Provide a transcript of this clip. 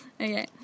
Okay